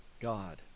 God